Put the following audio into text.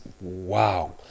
Wow